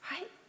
right